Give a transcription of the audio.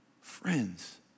Friends